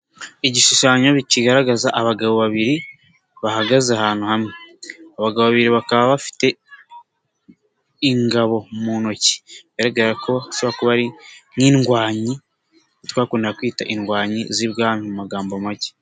Igishushanyo kigaragaza abagabo babiri, bahagaze ahantu hamwe, abo bagabo babiri bakaba bafite ingabo mu ntoki, bigaragara ko bashobora kuba ari nk'indwanyi, twakundaga kwita indwanyi z'ibwami mu magambo make.